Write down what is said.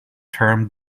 term